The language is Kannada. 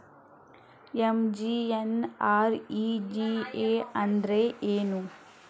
ಎಂ.ಜಿ.ಎನ್.ಆರ್.ಇ.ಜಿ.ಎ ಅಂದ್ರೆ ಏನು?